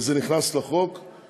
וזה נכנס לחוק,